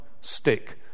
stick